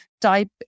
type